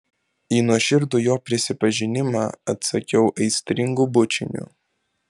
į nuoširdų jo prisipažinimą atsakiau aistringu bučiniu